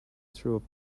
through